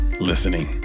listening